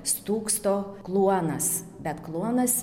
stūksto kluonas bet kluonas